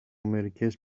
μερικές